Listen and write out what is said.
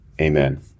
Amen